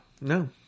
no